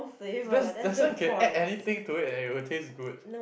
that's that's why you can add anything to it and it will taste good